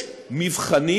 יש מבחנים.